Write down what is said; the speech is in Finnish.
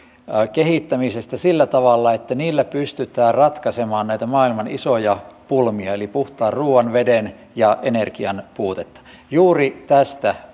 kehittämisestä sillä tavalla että niillä pystytään ratkaisemaan näitä maailman isoja pulmia eli puhtaan ruuan veden ja energian puutetta juuri tästä